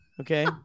Okay